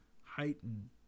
heighten